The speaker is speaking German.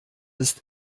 ist